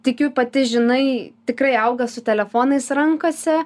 tikiu pati žinai tikrai auga su telefonais rankose